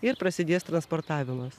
ir prasidės transportavimas